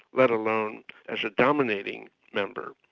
let alone as a dominating member.